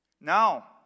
Now